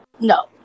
no